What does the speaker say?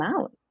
out